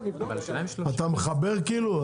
אתה מחבר כאילו?